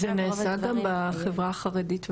זה נעשה גם בחברה החרדית והערבית?